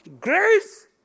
grace